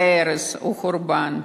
להרס ולחורבן.